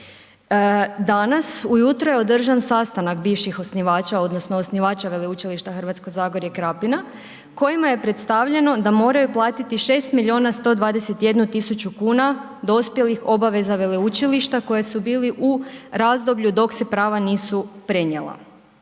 Danas ujutro je održan sastanak bivših osnivača odnosno osnivača Veleučilišta Hrvatsko zagorje i Krapina kojima je predstavljeno da moraju platiti 6 milijuna 121 000 kuna dospjelih obaveza veleučilišta koje su bili u razdoblju dok se prava nisu prenijela.